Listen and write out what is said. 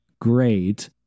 great